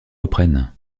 reprennent